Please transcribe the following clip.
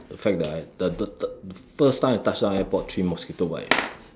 the fact that I the the the the first time I touch down airport three mosquito bites already